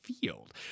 field